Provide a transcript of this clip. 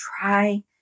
try